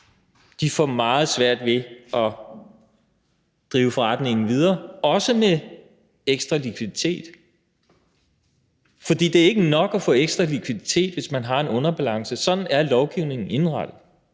får meget svært ved at drive forretningen videre, også med ekstra likviditet. For det er ikke nok at få ekstra likviditet, hvis man har en underbalance. Sådan er lovgivningen indrettet;